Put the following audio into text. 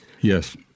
Yes